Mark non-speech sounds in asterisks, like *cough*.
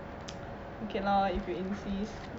*noise* okay lor if you insist